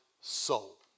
soul